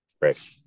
Right